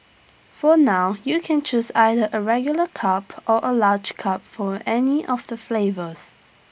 for now you can choose either A regular cup or A large cup for any of the flavours